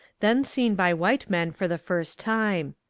then seen by white men for the first time.